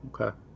Okay